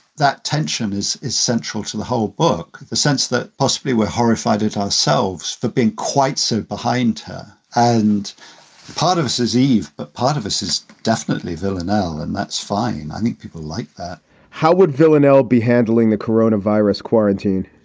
that tension is is central to the whole book, the sense that possibly were horrified at ourselves for being quite so behind her. and part of this is eve, the but part of us is definitely villanelle, and that's fine. i think people like that how would villanelle be handling the corona virus quarantine?